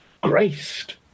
graced